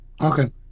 Okay